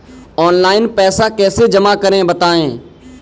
Online पैसा कैसे जमा करें बताएँ?